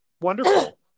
wonderful